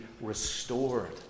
restored